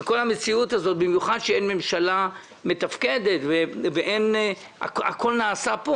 וכל המציאות הזו של חוסר ממשלה מתפקדת והכול נעשה פה